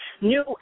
new